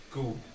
Cool